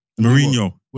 Mourinho